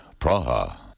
Praha